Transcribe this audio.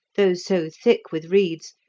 though so thick with reeds,